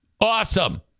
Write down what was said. Awesome